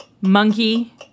Monkey